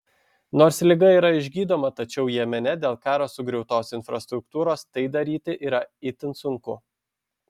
nors liga yra išgydoma tačiau jemene dėl karo sugriautos infrastruktūros tai daryti yra itin sunku